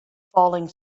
falling